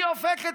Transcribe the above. היא הופכת